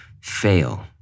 fail